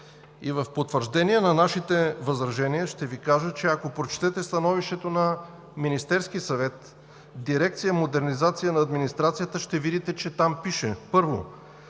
В потвърждение на нашите възражения ще Ви кажа, че ако прочетете становището на Министерския съвет, дирекция „Модернизация на администрацията“, ще видите, че там пише, първо: